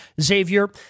Xavier